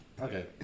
Okay